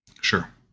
Sure